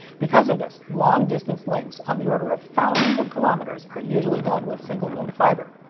because of this, long-distance links on the order of thousands of kilometers are usually done with single-mode fiber.